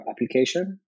application